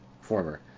former